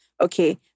okay